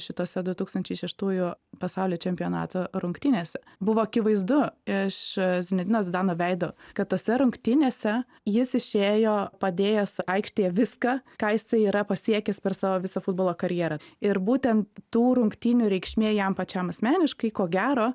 šituose du tūkstančiai šeštųjų pasaulio čempionato rungtynėse buvo akivaizdu iš zinedino zidano veido kad tose rungtynėse jis išėjo padėjęs aikštėje viską ką jis yra pasiekęs per savo visą futbolo karjerą ir būtent tų rungtynių reikšmė jam pačiam asmeniškai ko gero